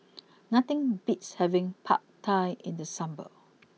nothing beats having Pad Thai in the summer